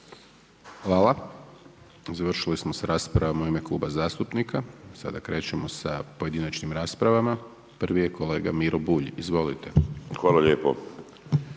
Hvala. Završili smo s raspravom u ime kluba zastupnika. Sada krećemo sa pojedinačnim raspravama. Prvi je kolega Miro Bulj, izvolite. **Bulj,